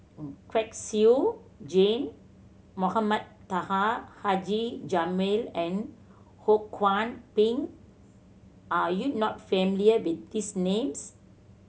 Kwek Siew Jin Mohamed Taha Haji Jamil and Ho Kwon Ping are you not familiar with these names